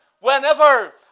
whenever